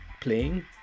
playing